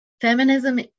feminism